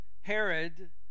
Herod